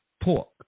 pork